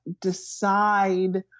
decide